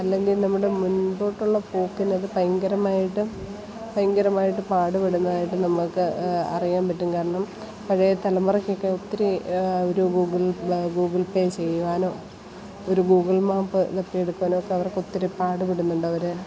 അല്ലെങ്കിൽ നമ്മുടെ മുൻപോട്ടുള്ള പോക്കിന് അതു ഭയങ്കരമായിട്ടു ഭയങ്കരമായിട്ടു പാടുപെടുന്നതായിട്ട് നമ്മൾക്ക് അറിയാൻ പറ്റും കാരണം പഴയ തലമുറക്കൊക്കെ ഒത്തിരി ഒരു ഗൂഗിൾ ഗൂഗിൾ പേ ചെയ്യുവാനോ ഒരു ഗൂഗിൾ മാപ്പ് തപ്പിയെടുക്കാനോ ഒക്കെ അവർക്കൊത്തിരി പാടുപെടുന്നുണ്ട് അവർ